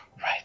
Right